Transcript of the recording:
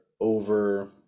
over